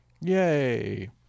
Yay